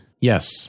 Yes